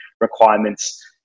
requirements